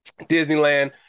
Disneyland